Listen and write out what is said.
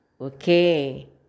Okay